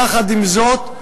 יחד עם זאת,